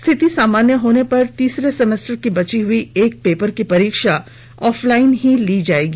स्थिति सामान्य होने पर तीसरे सेमेस्टर की बची हुई एक पेपर की परीक्षा ऑफलाइन ही ली जाएगी